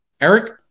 Eric